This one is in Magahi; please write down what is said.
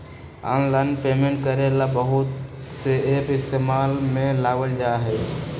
आनलाइन पेमेंट करे ला बहुत से एप इस्तेमाल में लावल जा हई